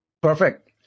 Perfect